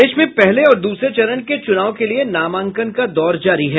प्रदेश में पहले और दूसरे चरण के चूनाव के लिए नामांकन का दौर जारी है